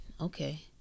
okay